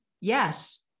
yes